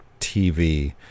TV